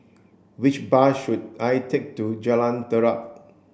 which bus should I take to Jalan Terap